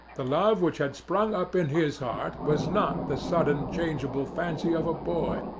the love which had sprung up in his heart was not the sudden, changeable fancy of a boy,